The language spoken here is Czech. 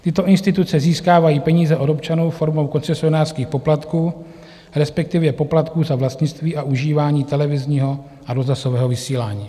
Tyto instituce získávají peníze od občanů formou koncesionářských poplatků, respektive poplatků za vlastnictví a užívání televizního a rozhlasového vysílání.